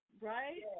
right